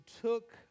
took